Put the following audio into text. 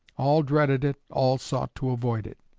all dreaded it, all sought to avoid it.